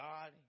God